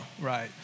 right